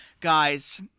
Guys